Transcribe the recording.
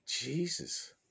Jesus